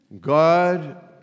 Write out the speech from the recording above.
God